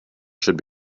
should